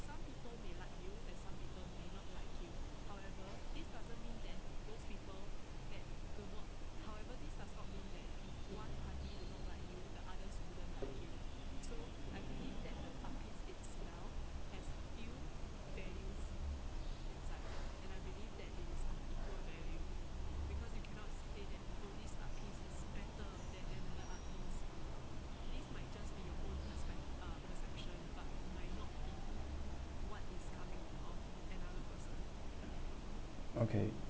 okay